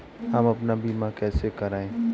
हम अपना बीमा कैसे कराए?